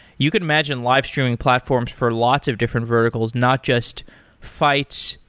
you could imagine live streaming platforms for lots of different verticals, not just fights,